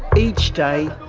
each day,